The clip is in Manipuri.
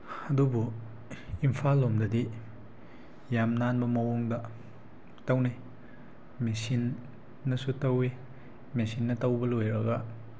ꯑꯗꯨꯕꯨ ꯏꯝꯐꯥꯜ ꯂꯣꯝꯗꯗꯤ ꯌꯥꯝ ꯅꯥꯟꯕ ꯃꯑꯣꯡꯗ ꯇꯧꯅꯩ ꯃꯦꯆꯤꯟꯅꯁꯨ ꯇꯧꯏ ꯃꯦꯆꯤꯟꯅ ꯇꯧꯕ ꯂꯣꯏꯔꯒ